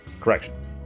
Correction